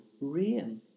rain